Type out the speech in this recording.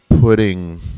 putting